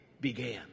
began